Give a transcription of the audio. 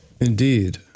Indeed